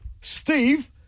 Steve